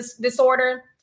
disorder